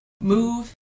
move